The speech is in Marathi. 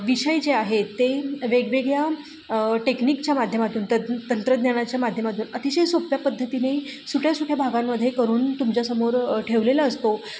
विषय जे आहेत ते वेगवेगळ्या टेक्निकच्या माध्यमातून तंत तंत्रज्ञानाच्या माध्यमातून अतिशय सोप्या पद्धतीने सुट्या सुट्या भागांमध्ये करून तुमच्यासमोर ठेवलेलं असतो